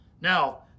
Now